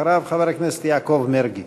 אחריו, חבר הכנסת יעקב מרגי.